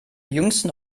jüngsten